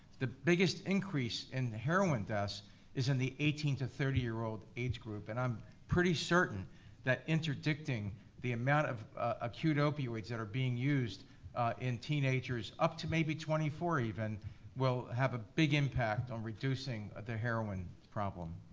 the biggest increase in the heroin deaths is in the eighteen to thirty year old age group, and i'm pretty certain that interdicting the amount of acute opioids that are being used in teenagers up to maybe twenty four even will have a big impact on reducing their heroin problem.